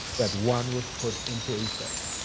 that one was put into effect.